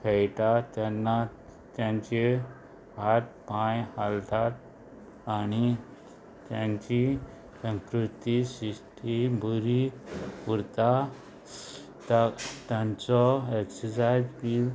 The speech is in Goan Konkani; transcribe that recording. खेळटा तेन्ना तेंचे हात पांय हालतात आनी तेंची संस्कृती शिस्ती बरी उरता तांचो एक्ससायज बी